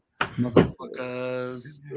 motherfuckers